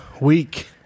week